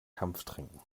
kampftrinken